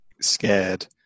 scared